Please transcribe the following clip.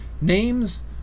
names